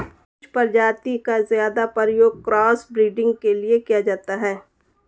कुछ प्रजाति का ज्यादा प्रयोग क्रॉस ब्रीडिंग के लिए किया जाता है